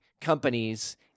companies